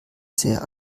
sehr